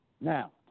Now